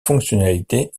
fonctionnalités